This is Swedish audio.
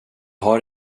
har